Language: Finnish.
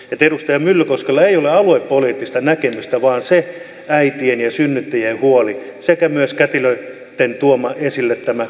että edustaja myllykoskella ei ole aluepoliittista näkemystä vaan se äitien ja synnyttäjien sekä myös kätilöitten esille tuoma huoli